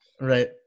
Right